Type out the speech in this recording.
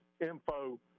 info